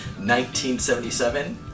1977